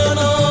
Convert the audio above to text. no